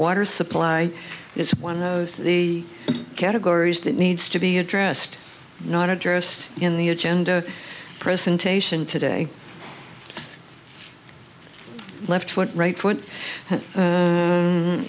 water supply is one of those categories that needs to be addressed not addressed in the agenda presentation today left foot right foot